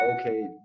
okay